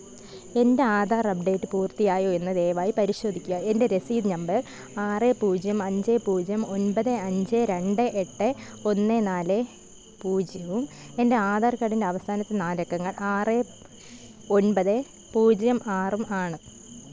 എൻ്റെ ആധാർ അപ്ഡേറ്റ് പൂർത്തിയായോ എന്ന് ദയവായി പരിശോധിക്കുക എൻ്റെ രസീത് നമ്പർ ആറ് പൂജ്യം അഞ്ച് പൂജ്യം ഒൻപത് അഞ്ച് രണ്ട് എട്ട് ഒന്ന് നാല് പൂജ്യവും എൻ്റെ ആധാർ കാഡിൻ്റെ അവസാനത്തെ നാലക്കങ്ങൾ ആറ് ഒൻപത് പൂജ്യം ആറ് ആണ്